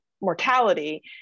mortality